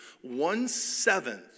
One-seventh